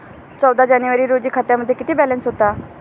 चौदा जानेवारी रोजी खात्यामध्ये किती बॅलन्स होता?